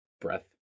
Breath